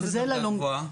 מה זה דרגה גבוהה?